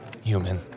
Human